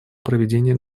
проведения